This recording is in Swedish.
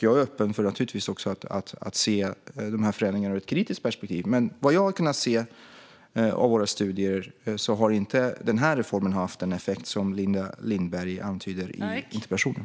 Jag är naturligtvis öppen för att se de här förändringarna ur ett kritiskt perspektiv. Men vad jag har kunnat se av våra studier har inte den här reformen haft den effekt som Linda Lindberg antyder i interpellationen.